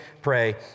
pray